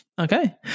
Okay